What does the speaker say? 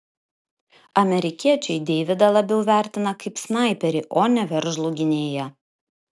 amerikiečiai deividą labiau vertina kaip snaiperį o ne veržlų gynėją